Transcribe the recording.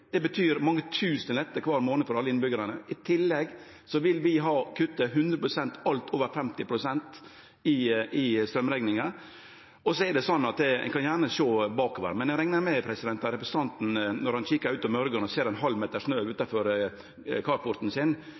kvar månad for alle innbyggjarane. I tillegg vil vi kutte alt over 50 pst. i strømrekninga med 100 pst. Ein kan gjerne sjå bakover, men eg reknar med at representanten, når han kikar ut om morgonen og ser ein halv meter snø utanfor carporten sin,